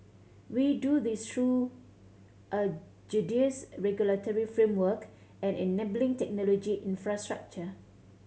we do this through a judicious regulatory framework and enabling technology infrastructure